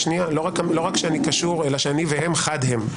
לא רק אמרת שאני קשור, אלא שאני והם חד הם.